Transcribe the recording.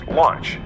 launch